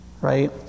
right